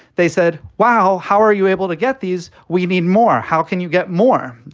they said, wow, how are you able to get. these we need more. how can you get more?